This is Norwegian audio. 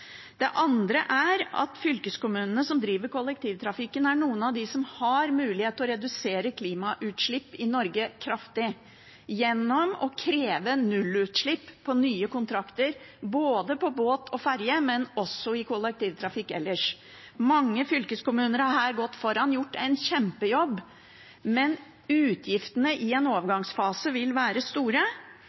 Det andre er at fylkeskommunene, som driver kollektivtrafikken, er av dem som har mulighet til å redusere klimagassutslipp i Norge kraftig gjennom å kreve nullutslipp i nye kontrakter, både for båt og ferje og kollektivtrafikk ellers. Mange fylkeskommuner har her gått foran og gjort en kjempejobb, men utgiftene i en overgangsfase vil være store.